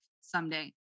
someday